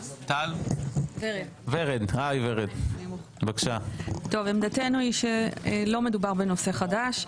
ורד, בבקשה עמדתנו היא שלא מדובר בנושא חדש.